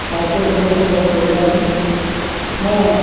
ସାହିତ୍ୟ ପଢ଼ିବାକୁ ବହୁତ ବଢ଼ିଆ ଲାଗେ ମୁଁ